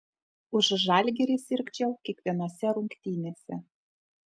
už žalgirį sirgčiau kiekvienose rungtynėse